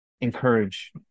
encourage